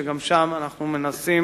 וגם שם אנחנו מנסים